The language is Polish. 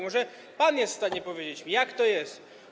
Może pan jest w stanie powiedzieć mi, jak to jest.